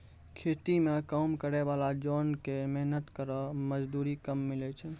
खेती म काम करै वाला जोन क मेहनत केरो मजदूरी कम मिलै छै